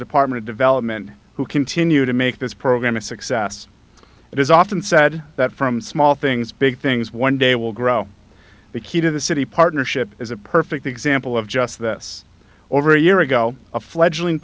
department development who continue to make this program a success it is often said that from small things big things one day will grow the key to the city partnership is a perfect example of just this over a year ago a fledgling